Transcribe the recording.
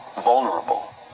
vulnerable